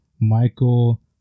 Michael